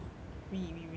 we we we we we